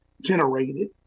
generated